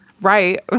Right